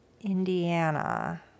Indiana